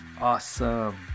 Awesome